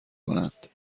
کنند